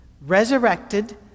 resurrected